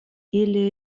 ili